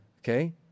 Okay